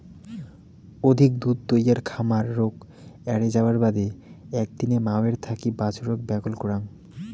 অধিক দুধ তৈয়ার খামার রোগ এ্যারে যাবার বাদে একদিনে মাওয়ের থাকি বাছুরক ব্যাগল করাং